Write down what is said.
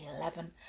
eleven